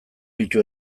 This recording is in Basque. ditu